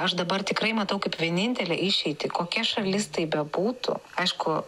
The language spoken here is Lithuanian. aš dabar tikrai matau kaip vienintelę išeitį kokia šalis tai bebūtų aišku